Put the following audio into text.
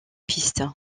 piste